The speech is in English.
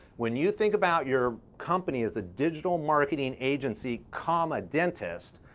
when you think about your company as a digital marketing agency comma dentist,